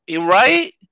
Right